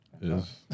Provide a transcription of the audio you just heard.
Yes